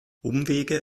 umwege